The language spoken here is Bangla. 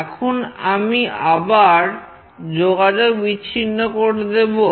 এখন আমি আবার যোগাযোগ বিচ্ছিন্ন করে দেবো